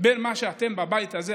בין מה שאתם בבית הזה,